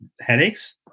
headaches